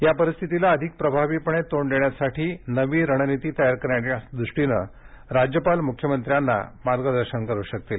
या परिस्थितीला अधिक प्रभावीपणे तोंड देण्यासाठी नवी रणनीती तयार करण्याच्या दृष्टीनं राज्यपाल मुख्यमंत्र्यांना मार्गदर्शन करू शकतील